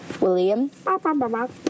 William